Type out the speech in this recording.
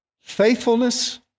faithfulness